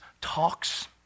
talks